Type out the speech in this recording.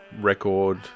record